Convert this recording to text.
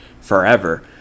forever